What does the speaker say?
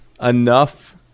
enough